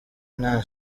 nta